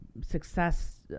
success